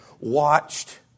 watched